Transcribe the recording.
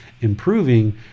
improving